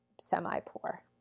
semi-poor